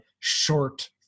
Short